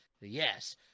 yes